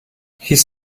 his